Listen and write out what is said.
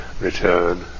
return